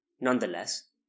Nonetheless